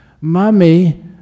Mummy